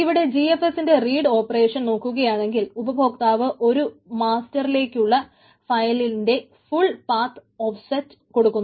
ഇവിടെ GFS ന്റെ read operation നോക്കുകയാണെങ്കിൽ ഉപഭോക്താവ് ഒരു മാസ്റ്റർലേക്കുള്ള ഫയലിന്റെ ഫുൾ പാത് ഓഫ്സെറ്റ് കൊടുക്കുന്നു